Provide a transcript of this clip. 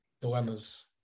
dilemmas